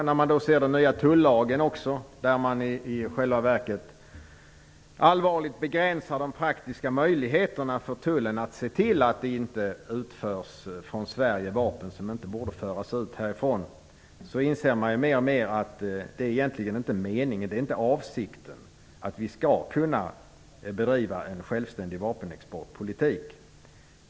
När man dessutom ser den nya tullagen, där de praktiska möjligheterna för tullen att se till att det inte från Sverige förs ut vapen som inte borde få föras ut härifrån i själva verket allvarligt begränsas, inser man mer och mer att avsikten egentligen inte är att vi skall kunna bedriva en självständig vapenexportpolitik.